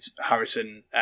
Harrison